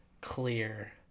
clear